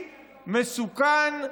מסוכן,